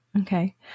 Okay